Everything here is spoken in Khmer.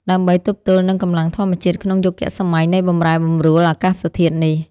ដើម្បីទប់ទល់នឹងកម្លាំងធម្មជាតិក្នុងយុគសម័យនៃបម្រែបម្រួលអាកាសធាតុនេះ។